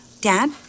Dad